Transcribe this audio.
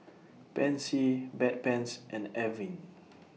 Pansy Bedpans and Avene